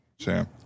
Sam